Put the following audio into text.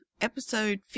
episode